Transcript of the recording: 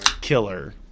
killer